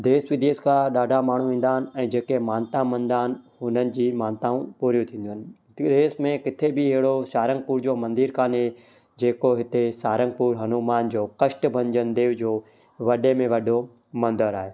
देश विदेश खां ॾाढा माण्हू ईंदा आहिनि ऐं जेके मानता मञंदा आहिनि हुननि जी मानताऊं पूरियूं थींदियूं आहिनि तिवेश में किथे बि अहिड़ो सारंगपुर जो मंदरु कोन्हे जेको हिते सारंगपुर हनुमान जो कष्ट भंजन देव जो वॾे में वॾो मंदरु आहे